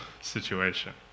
situation